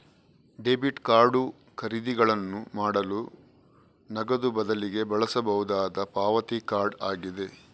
debit card ಖರೀದಿಗಳನ್ನು ಮಾಡಲು ನಗದು ಬದಲಿಗೆ ಬಳಸಬಹುದಾದ ಪಾವತಿ ಕಾರ್ಡ್ ಆಗಿದೆ